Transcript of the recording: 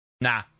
Nah